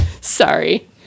Sorry